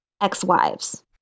ex-wives